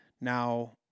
Now